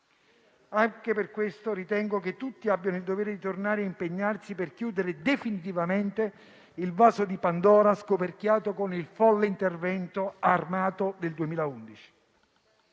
Anche per questo ritengo che tutti abbiamo il dovere di tornare a impegnarci per chiudere definitivamente il vaso di Pandora scoperchiato con il folle intervento armato del 2011.